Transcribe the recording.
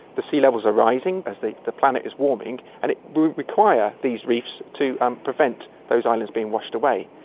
the sea levels are rising as the the planet is warming, and it would require these reefs to um prevent those islands being washed away.